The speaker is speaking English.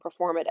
performative